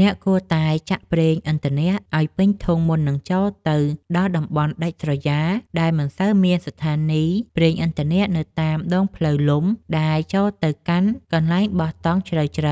អ្នកគួរតែចាក់ប្រេងឥន្ធនៈឱ្យពេញធុងមុននឹងចូលទៅដល់តំបន់ដាច់ស្រយាលដែលមិនសូវមានស្ថានីយប្រេងឥន្ធនៈនៅតាមដងផ្លូវលំដែលចូលទៅកាន់កន្លែងបោះតង់ជ្រៅៗក្